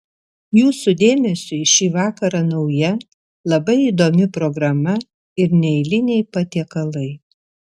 jūsų dėmesiui šį vakarą nauja labai įdomi programa ir neeiliniai patiekalai